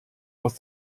aus